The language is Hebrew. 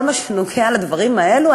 בכל מה שקשור לדברים האלה,